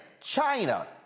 China